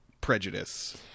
prejudice